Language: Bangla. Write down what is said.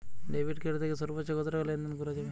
ডেবিট কার্ড থেকে সর্বোচ্চ কত টাকা লেনদেন করা যাবে?